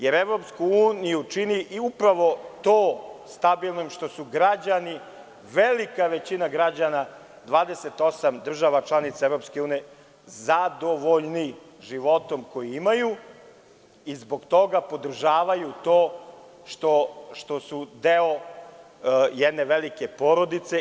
Jer, EU čini stabilnom upravo to što su građani, velika većina građana, 28 država članica EU, zadovoljni životom koji imaju i zbog toga podržavaju to što su deo jedne velike porodice.